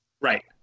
Right